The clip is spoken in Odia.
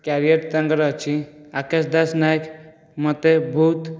କ୍ୟାରିୟର ତାଙ୍କର ଅଛି ଆକାଶ ଦାସ ନାୟକ ମୋତେ ବହୁତ